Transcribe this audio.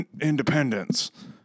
Independence